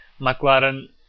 McLaren